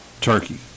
turkey